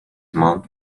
mount